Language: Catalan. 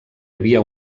havia